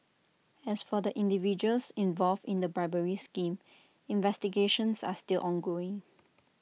as for the individuals involved in the bribery scheme investigations are still ongoing